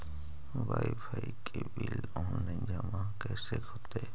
Wifi के bill online जमा कैसे होतै?